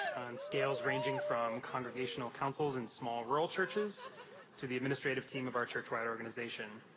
on scales ranging from congregational councils in small rural churches to the administrative team of our churchwide organization.